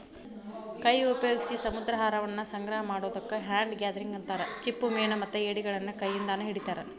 ಕೈ ಉಪಯೋಗ್ಸಿ ಸಮುದ್ರಾಹಾರವನ್ನ ಸಂಗ್ರಹ ಮಾಡೋದಕ್ಕ ಹ್ಯಾಂಡ್ ಗ್ಯಾದರಿಂಗ್ ಅಂತಾರ, ಚಿಪ್ಪುಮೇನುಮತ್ತ ಏಡಿಗಳನ್ನ ಕೈಯಿಂದಾನ ಹಿಡಿತಾರ